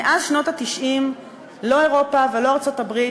מאז שנות ה-90 לא אירופה ולא ארצות-הברית,